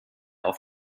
auf